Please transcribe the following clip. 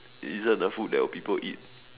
it isn't a food that will people eat